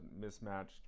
mismatched